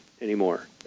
anymore